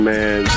Man